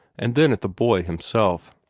and then at the boy himself.